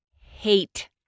hate